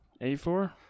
A4